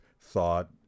thought